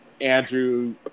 Andrew